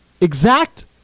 exact